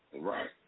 Right